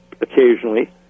Occasionally